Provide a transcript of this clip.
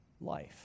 Life